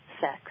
sex